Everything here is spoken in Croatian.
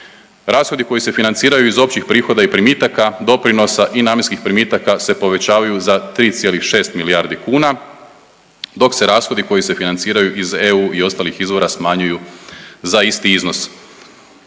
rashodi koji se financiraju iz općih prihoda i primitaka, doprinosa i namjenskih primitaka se povećavaju za 3,6 milijardi kuna dok se rashodi koji se financiraju iz EU i ostalih izvora smanjuju za isti iznos.